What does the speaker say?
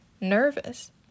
nervous